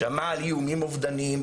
שמע על איומים אובדניים,